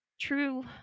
true